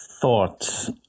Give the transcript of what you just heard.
thoughts